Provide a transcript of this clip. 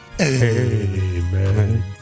Amen